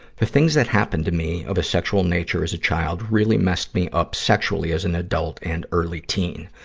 the things that happened to me of a sexual nature as a child, really messed me up sexually as an adult and early teen.